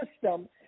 system